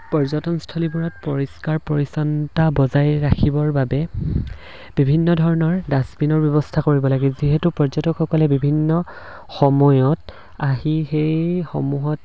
পৰ্যটনস্থলীবোৰত পৰিষ্কাৰ পৰিচ্ছন্নতা বজাই ৰাখিবৰ বাবে বিভিন্ন ধৰণৰ ডাষ্টবিনৰ ব্যৱস্থা কৰিব লাগে যিহেতু পৰ্যটকসকলে বিভিন্ন সময়ত আহি সেইসমূহত